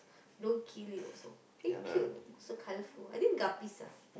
don't kill it also very cute know so colourful I think guppies ah